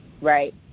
Right